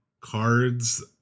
cards